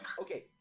Okay